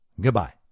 Goodbye